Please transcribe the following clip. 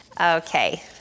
Okay